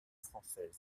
française